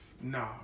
Nah